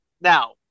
Now